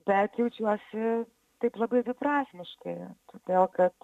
bet jaučiuosi taip labai dviprasmiškai todėl kad